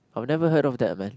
I've never heard of that men